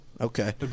Okay